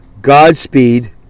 Godspeed